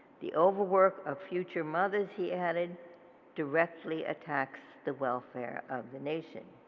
the overwork of future mothers he added directly attacks the welfare of the nation.